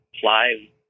fly